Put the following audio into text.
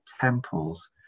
temples